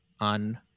on